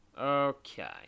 Okay